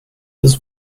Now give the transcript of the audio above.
his